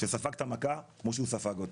שספג את המכה כמו שהוא ספג אותה.